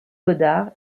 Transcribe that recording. godard